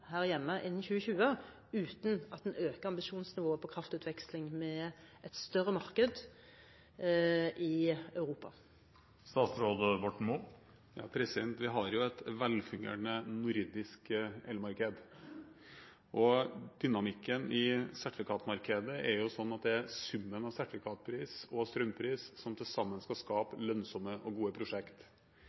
her hjemme innen 2020, uten at en øker ambisjonsnivået på kraftutveksling med et større marked i Europa? Vi har jo et velfungerende nordisk elmarked. Dynamikken i sertifikatmarkedet er sånn at det er summen av sertifikatpris og strømpris som til sammen skal skape lønnsomme og gode